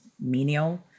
menial